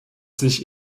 sich